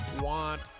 want